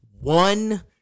one